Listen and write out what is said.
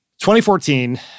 2014